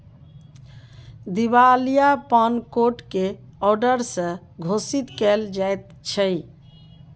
दिवालियापन कोट के औडर से घोषित कएल जाइत छइ